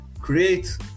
create